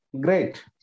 Great